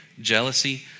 jealousy